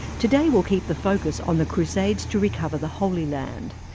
today we'll keep the focus on the crusades to recover the holy land.